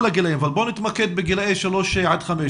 הגילאים אבל בוא נתמקד בגילאי 3 עד 5,